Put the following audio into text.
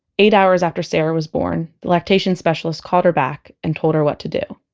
eight hours after sarah was born, the lactation specialist called her back and told her what to do